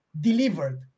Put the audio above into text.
delivered